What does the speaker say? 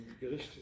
Gericht